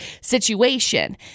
situation